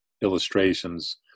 illustrations